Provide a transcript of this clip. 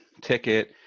ticket